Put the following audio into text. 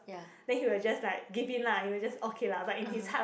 then he will just like give in lah he will just okay lah but in his heart like